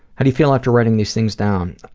how do you feel after writing these things down?